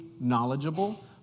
knowledgeable